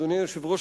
אדוני היושב-ראש,